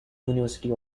university